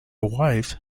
wife